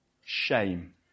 Shame